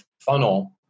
funnel